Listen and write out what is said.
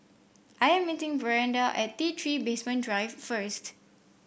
I am meeting Brianda at T Three Basement Drive first